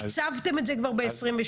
תקצבתם את זה כבר ב-22'?